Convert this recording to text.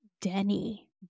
Denny